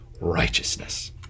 righteousness